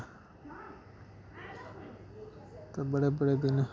ते बड़े बड़े दिन